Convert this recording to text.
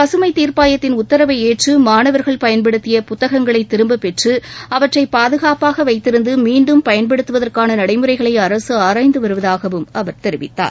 பசுமைத் தீர்ப்பாயத்தின் உத்தரவை ஏற்று மாணவர்கள் பயன்படுத்திய புத்தகங்களை திரும்பப்பெற்று அவற்றை பாதுகாப்பாக வைத்திருந்து மீண்டும் பயன்படுத்துவதற்கான நடைமுறைகளை அரசு அராய்ந்து வருவதாகவும் அவர் தெரிவித்தார்